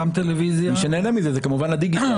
גם טלוויזיה -- הוא שונה --- זה כמובן הדיגיטל,